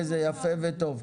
וזה יפה וטוב.